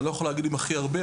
אני לא יכול להגיד אם הכי הרבה,